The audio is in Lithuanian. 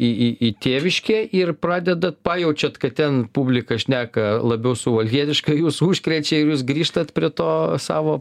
į į į tėviškę ir pradedat pajaučiat kad ten publika šneka labiau suvalkietiškai jus užkrečia ir jūs grįžtat prie to savo